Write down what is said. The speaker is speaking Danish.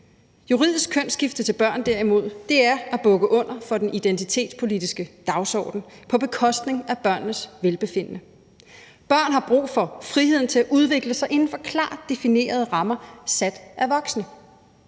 Juridisk kønsskifte til børn derimod er at bukke under for den identitetspolitiske dagsorden på bekostning af børnenes velbefindende. Børn har brug for friheden til at udvikle sig inden for klart definerede rammer sat af voksne.